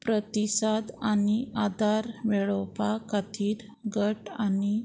प्रतिसाद आनी आदार मेळोवपा खातीर गट आनी